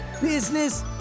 business